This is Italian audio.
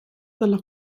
dalla